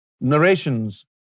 Narrations